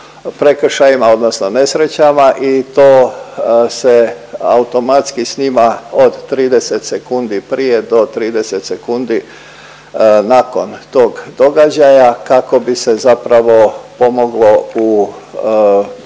prekršajima odnosno nesrećama i to se automatski snima od 30 sekundi prije do 30 sekundi nakon tog događaja, kako bi se zapravo pomoglo u